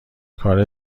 کار